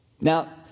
Now